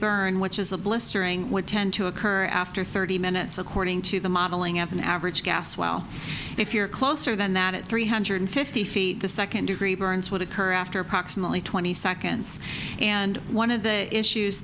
burn which is the blistering would tend to occur after thirty minutes according to the modeling of an average gas well if you're closer than that at three hundred fifty feet the second degree burns would occur after approximately twenty seconds and one of the issues